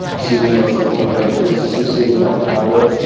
sunni muslim fundamentalists associated with al qaeda,